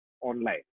online